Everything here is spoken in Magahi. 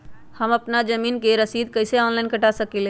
हम अपना जमीन के रसीद कईसे ऑनलाइन कटा सकिले?